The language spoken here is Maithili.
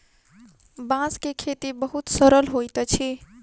बांस के खेती बहुत सरल होइत अछि